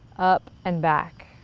up, and back.